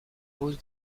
pose